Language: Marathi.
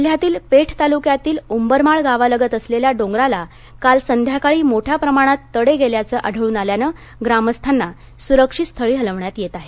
जिल्ह्यातील पेठ तालुक्यातील उंबरमाळ गावालगत असलेल्या डोंगराला काल संध्याकाळी मोठ्या प्रमाणात तडे गेल्याचं आढळून आल्यानं ग्रामस्थांना सुरक्षित स्थळी हलवण्यात येत आहे